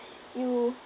you